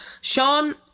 sean